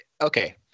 okay